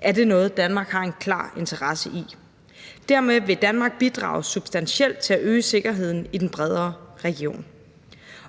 er det noget, Danmark har en klar interesse i. Dermed vil Danmark bidrage substantielt til at øge sikkerheden i den bredere region.